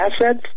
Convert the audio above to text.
assets